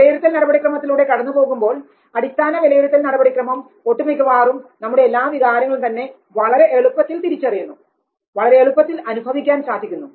വിലയിരുത്തൽ നടപടിക്രമത്തിലൂടെ കടന്നു പോകുമ്പോൾ അടിസ്ഥാന വിലയിരുത്തൽ നടപടിക്രമം ഒട്ടു മിക്കവാറും നമ്മുടെ എല്ലാ വികാരങ്ങളും തന്നെ വളരെ എളുപ്പത്തിൽ തിരിച്ചറിയുന്നു വളരെ എളുപ്പത്തിൽ അനുഭവിക്കാൻ സാധിക്കുന്നു